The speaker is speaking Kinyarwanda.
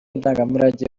ndangamurage